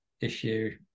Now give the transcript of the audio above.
issue